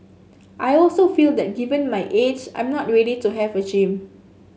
I also feel that given my age I'm not ready to have a gym